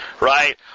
right